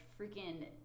freaking